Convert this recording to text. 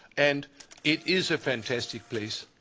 and it is a fantastic place.